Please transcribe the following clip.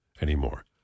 anymore